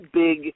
big